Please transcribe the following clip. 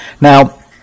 Now